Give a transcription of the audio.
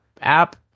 app